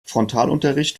frontalunterricht